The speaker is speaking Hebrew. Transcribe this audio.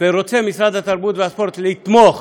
ומשרד התרבות והספורט רוצה לתמוך